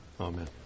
Amen